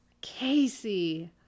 Casey